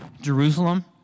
Jerusalem